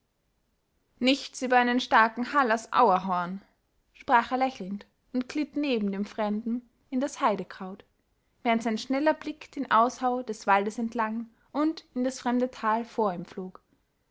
nichts über einen starken hall aus auerhorn sprach er lächelnd und glitt neben dem fremden in das heidekraut während sein schneller blick den aushau des waldes entlang und in das fremde tal vor ihm flog